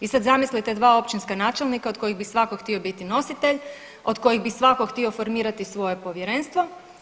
I sad zamislite dva općinska načelnika od kojih bi svako htio biti nositelj, od bi svako htio formirati svoje povjerenstvo.